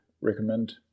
recommend